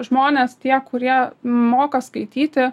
žmonės tie kurie moka skaityti